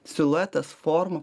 siluetas forma